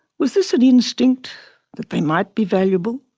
was this an instinct that they might be valuable,